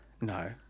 No